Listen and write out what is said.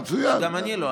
מצוין, בוא נרגיע.